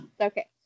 Okay